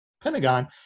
pentagon